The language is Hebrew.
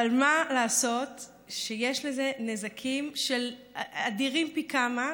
אבל מה לעשות שיש לזה נזקים אדירים פי כמה,